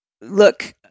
Look